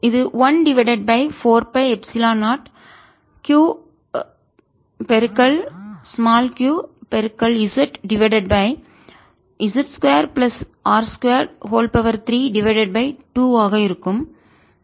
இது 1 divided by 4 pi epsilon 0 Q qz divided by z 2 plus r 2 32 ஆக இருக்கும்